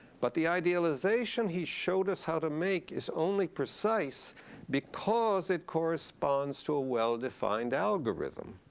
but the idealization he showed us how to make is only precise because it corresponds to a well-defined algorithm.